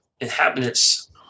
inhabitants